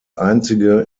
einzige